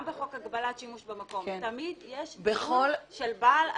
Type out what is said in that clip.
גם בחוק הגבלת שימוש במקום יש ציון של בעל התפקיד.